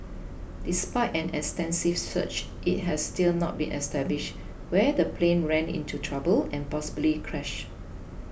despite an extensive search it has still not been established where the plane ran into trouble and possibly crashed